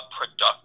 productive